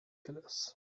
killers